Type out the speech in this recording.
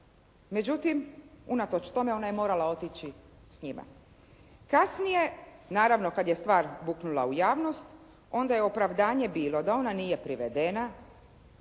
Međutim, unatoč tome ona je morala otići s njima. Kasnije, naravno kad je stvar buknula u javnost onda je opravdanje bilo da ona nije privedena,